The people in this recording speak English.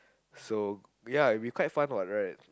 so ya it'll be quite fun what right